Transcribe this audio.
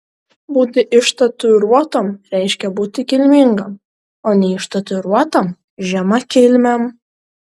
būti ištatuiruotam reiškia būti kilmingam o neištatuiruotam žemakilmiam